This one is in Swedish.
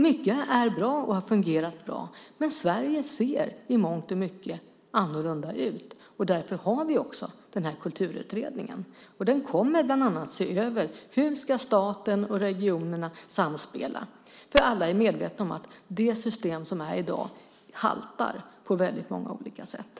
Mycket är bra och har fungerat bra. Men Sverige ser i mångt och mycket annorlunda ut. Därför har vi också Kulturutredningen. Den kommer bland annat att se över hur staten och regionerna ska samspela. Alla är medvetna om att det system som finns i dag haltar på väldigt många olika sätt.